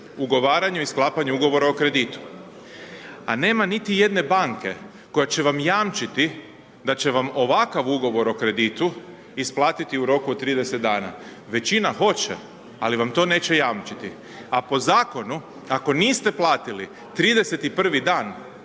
ugovaranju i sklapanju Ugovora o kreditu. A nema niti jedne banke koja će vam jamčiti da će vam ovakav Ugovor o kreditu, isplatiti u roku od 30 dana. Većina hoće, ali vam to neće jamčiti, a po Zakonu ako niste platili 31-vi dan,